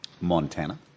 Montana